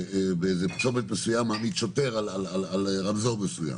באיזה צומת מסוים מעמיד שוטר על רמזור מסוים.